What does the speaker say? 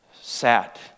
sat